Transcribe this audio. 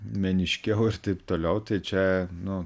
meniškiau ir taip toliau tai čia nu